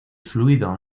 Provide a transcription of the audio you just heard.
fluido